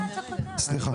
סליחה, סליחה.